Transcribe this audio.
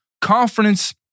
confidence